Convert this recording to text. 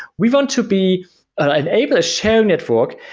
we want to be ah enable a shared network.